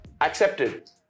accepted